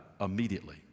immediately